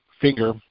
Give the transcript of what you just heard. Finger